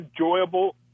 enjoyable